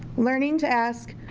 learning to ask,